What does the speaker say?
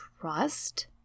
trust